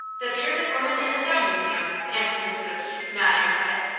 the bearded woman in the dime museum, answered mrs. o'keefe, nodding her head.